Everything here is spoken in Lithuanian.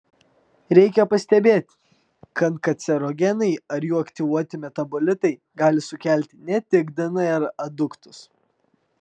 reikia pastebėti kad kancerogenai ar jų aktyvuoti metabolitai gali sukelti ne tik dnr aduktus